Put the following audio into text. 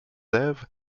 élève